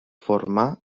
formà